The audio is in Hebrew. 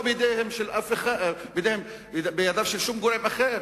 לא בידיו של שום גורם אחר,